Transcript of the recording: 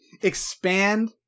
expand